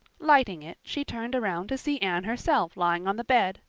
lighting it, she turned around to see anne herself lying on the bed,